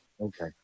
Okay